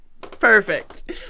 Perfect